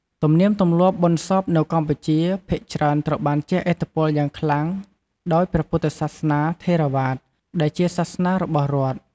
ទំនៀមទម្លាប់បុណ្យសពនៅកម្ពុជា ភាគច្រើនត្រូវបានជះឥទ្ធិពលយ៉ាងខ្លាំងដោយព្រះពុទ្ធសាសនាថេរវាទ ដែលជាសាសនារបស់រដ្ឋ។